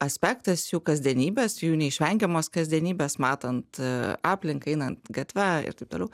aspektas jų kasdienybės jų neišvengiamos kasdienybės matant aplinką einant gatve ir taip toliau